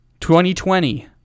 2020